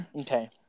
Okay